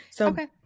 Okay